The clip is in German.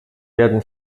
werden